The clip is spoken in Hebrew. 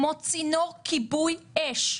כמו צינור כיבוי אש,